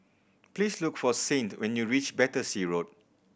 please look for Saint when you reach Battersea Road